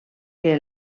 que